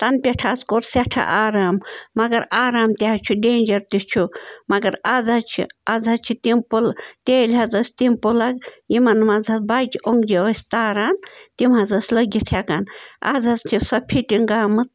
تَنہٕ پٮ۪ٹھ حظ کوٚر سٮ۪ٹھاہ آرام مگر آرام تہِ حظ چھُ ڈینجَر تہِ چھُ مگر آز حظ چھِ آز حظ چھِ تِم پٕل تیٚلۍ حظ ٲسۍ تِم پٕلَگ یِمَن منز حظ بَجہِ اوٚنٛگجہِ ٲسی تاران تِم حظ ٲس لٔگِتھ ہٮ۪کان آز حظ چھِ سۄ فِٹِنٛگ آمہٕ